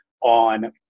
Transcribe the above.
on